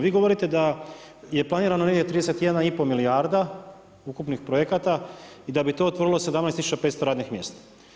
VI govorite, da je planirano negdje 31,5 milijarda ukupnih projekata i da bi to otvorilo 17500 radnih mjesta.